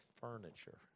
furniture